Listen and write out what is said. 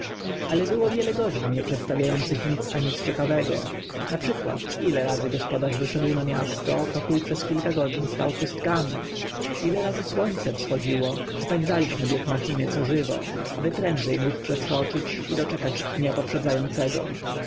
ale było wiele godzin nie przedstawia ących nic a nic ciekawego na przykład ile razy gospodarz wyszedł na miasto pokó przez kilka godzin stał pustkami ile razy słońce wschodziło popędzaliśmy bieg machiny co żywo aby prędze noc przeskoczyć i doczekać dnia poprzedza